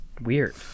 weird